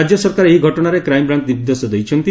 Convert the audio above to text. ରାକ୍ୟ ସରକାର ଏହି ଘଟଣାରେ କ୍ରାଇମ ବ୍ର୍ଂଚ ନିର୍ଦେଶ ଦେଇଛନ୍ତି